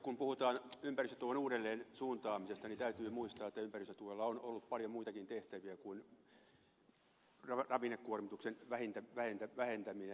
kun puhutaan ympäristötuen uudelleensuuntaamisesta niin täytyy muistaa että ympäristötuella on ollut paljon muitakin tehtäviä kuin ravinnekuormituksen vähentäminen